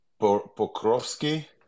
Pokrovsky